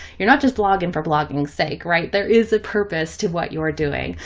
you're not just blogging for blogging sake, right? there is a purpose to what you are doing.